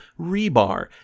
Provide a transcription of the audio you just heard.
rebar